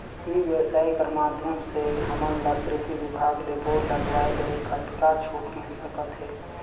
ई व्यवसाय कर माध्यम से हमन ला कृषि विभाग ले बोर लगवाए ले कतका छूट मिल सकत हे?